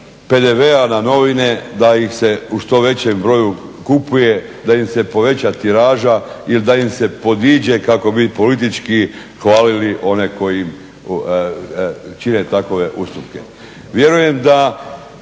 PDV-a na novine da ih se u što većem broju kupuje, da im se poveća tiraža ili da im se podiđe kako bi politički hvalili one koji im čine takve ustupke.